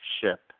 ship